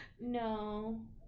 No